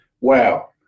Wow